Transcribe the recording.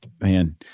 man